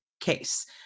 Case